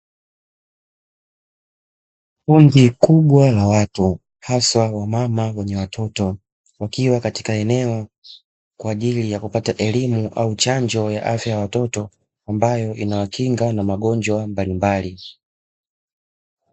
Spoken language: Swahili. Kundi kubwa la watu hasa wamama wenye watoto, wakiwa katika eneo kwa ajili ya kupata elimu au chanjo ya afya ya watoto, ambayo inawakinga na magonjwa mbalimbali.